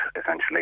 essentially